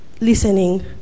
listening